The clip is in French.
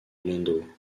lindau